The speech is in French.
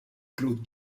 claude